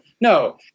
No